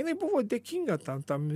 jinai buvo dėkinga tam tam